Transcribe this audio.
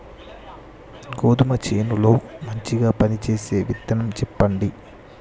గోధుమ చేను లో మంచిగా పనిచేసే విత్తనం చెప్పండి?